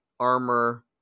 Armor